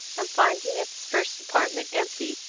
and finding its first apartment empty,